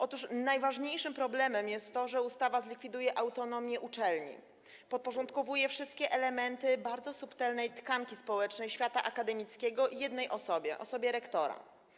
Otóż najważniejszym problemem jest to, że ustawa zlikwiduje autonomię uczelni, podporządkowuje wszystkie elementy bardzo subtelnej tkanki społecznej świata akademickiego jednej osobie, osobie rektora.